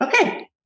Okay